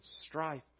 Strife